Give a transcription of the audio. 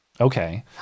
okay